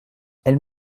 elles